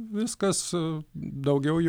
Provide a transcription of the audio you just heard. viskas daugiau